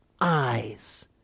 eyes